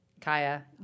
Kaya